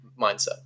mindset